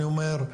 אני אומר,